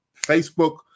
Facebook